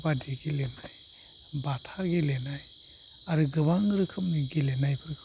खाबादि गेलेनाय बाथा गेलेनाय आरो गोबां रोखोमनि गेलेनायफोरखौ